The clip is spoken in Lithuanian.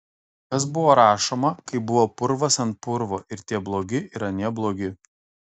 kas buvo rašoma kai buvo purvas ant purvo ir tie blogi ir anie blogi